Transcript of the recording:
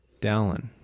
Dallin